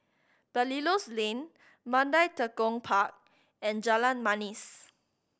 Belilios Lane Mandai Tekong Park and Jalan Manis